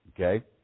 Okay